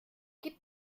gib